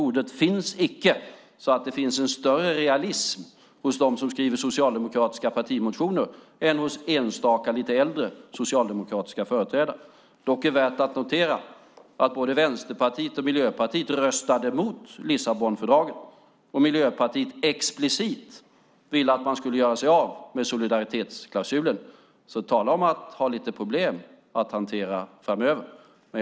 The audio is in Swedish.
Ordet finns icke. Det finns alltså en större realism hos dem som skriver socialdemokratiska partimotioner än hos enstaka, lite äldre, socialdemokratiska företrädare. Det är dock värt att notera att både Vänsterpartiet och Miljöpartiet röstade emot Lissabonfördraget. Miljöpartiet ville explicit att man skulle göra sig av med solidaritetsklausulen. Tala om att ha lite problem att hantera framöver, alltså.